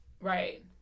Right